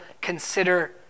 consider